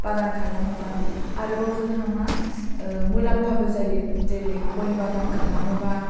बागान खालामोबा आरोबाव जोंहा मा मुलाम्फाबो जायो जेरै गय बागान खालामोबा